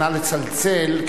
נא לצלצל,